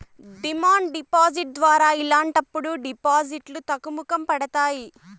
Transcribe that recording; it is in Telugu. డిమాండ్ డిపాజిట్ ద్వారా ఇలాంటప్పుడు డిపాజిట్లు తగ్గుముఖం పడతాయి